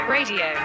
Radio